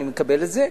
אני מקבל את זה.